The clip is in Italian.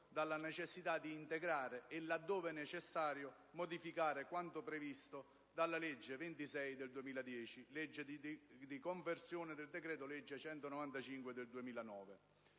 dalla necessità di integrare e, laddove necessario, modificare quanto previsto dalla legge n. 26 del 2010 (legge di conversione del decreto-legge n. 195 del 2009).